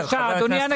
בבקשה, אדוני הנגיד.